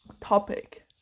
topic